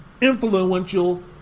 influential